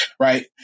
Right